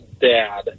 dad